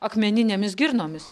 akmeninėmis girnomis